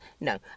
No